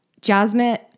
Jasmine